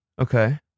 okay